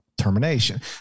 termination